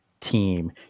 team